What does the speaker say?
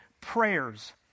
prayers